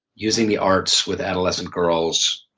using the arts with adolescent girls,